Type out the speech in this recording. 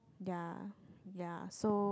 ya ya so